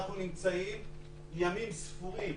אנחנו נמצאים ימים ספורים